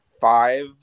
Five